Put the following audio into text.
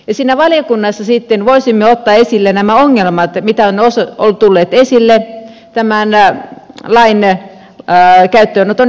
siellä valiokunnassa sitten voisimme ottaa esille nämä ongelmat joita on tullut esille tämän lain käyttöönoton jälkeen